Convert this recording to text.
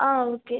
ஆ okay